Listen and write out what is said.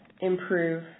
improve